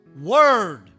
Word